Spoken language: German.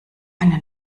eine